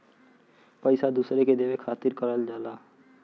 पइसा दूसरे के देवे खातिर करल जाला